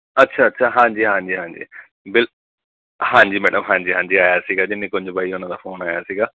ਅੱਛਾ ਅੱਛਾ ਹਾਂਜੀ ਹਾਂਜੀ ਹਾਂਜੀ ਬਿਲ ਹਾਂਜੀ ਮੈਡਮ ਹਾਂਜੀ ਹਾਂਜੀ ਆਇਆ ਸੀਗਾ ਨੀਕੁੰਜ ਬਾਈ ਹੋਨਾ ਦਾ ਫੋਨ ਆਇਆ ਸੀਗਾ